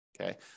Okay